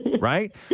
right